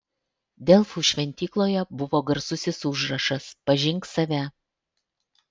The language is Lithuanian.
delfų šventykloje buvo garsusis užrašas pažink save